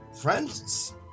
Friends